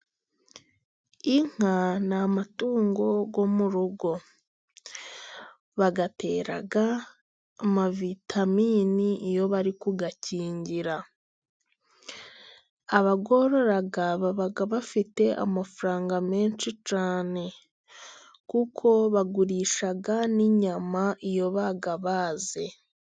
Inka ni amatungo yo mu rugo. Bayatera amavitaminini iyo bari kuyakingira. Abazorora baba bafite amafaranga menshi cyane, kuko bagurisha nyama iyo bazibaze.